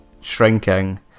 shrinking